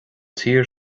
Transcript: tír